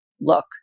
look